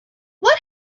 what